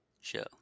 show